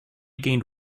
gained